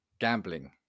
gambling